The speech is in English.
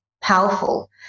powerful